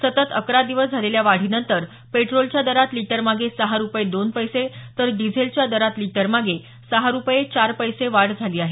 सतत अकरा दिवस झालेल्या वाढीनंतर पेट्रोलच्या दरात लीटरमागे सहा रुपये दोन पैसे तर डिझेलच्या दरात लिटरमागे सहा रुपये चार पैसे वाढ झाली आहे